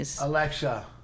Alexa